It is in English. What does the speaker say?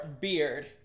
beard